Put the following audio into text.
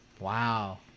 Wow